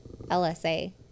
LSA